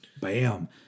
Bam